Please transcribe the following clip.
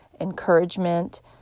encouragement